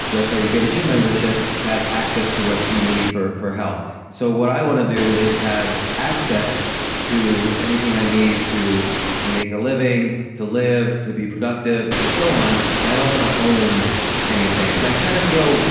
that's why you get a gym membership to have access to what you need for for health so what i want to do is have access to anything i need to make a living, to live, to be productive, and so on, but i don't want to own anything. and i kind of feel,